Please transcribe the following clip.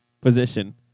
position